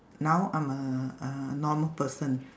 now I'm a a normal person